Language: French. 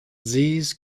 disent